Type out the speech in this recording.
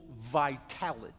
vitality